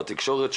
בתקשורת,